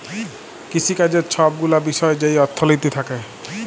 কিসিকাজের ছব গুলা বিষয় যেই অথ্থলিতি থ্যাকে